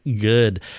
good